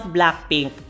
Blackpink